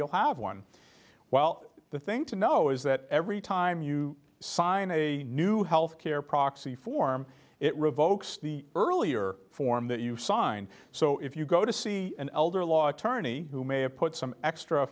you'll have one well the thing to know is that every time you sign a new health care proxy form it revokes the earlier form that you sign so if you go to see an elder law attorney who may have put some extra